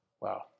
wow